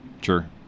Sure